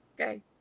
Okay